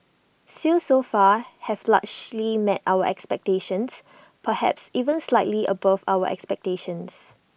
sales so far have largely met our expectations perhaps even slightly above our expectations